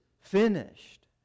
finished